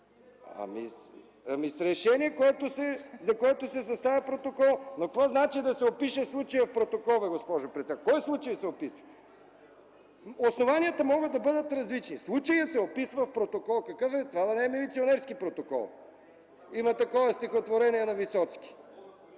Ами, с решение, за което се съставя протокол. Но какво значи да се опише случаят в протокол, бе, госпожо председател? Кой случай се описва? Основанията могат да бъдат различни: „случаят се описва в протокол”. Това да не е милиционерски протокол? Има такова стихотворение на Висоцки.